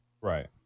Right